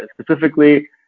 specifically